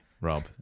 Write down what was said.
Rob